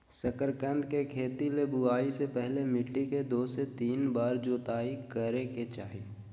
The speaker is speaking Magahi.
शकरकंद के खेती ले बुआई से पहले मिट्टी के दू से तीन बार जोताई करय के चाही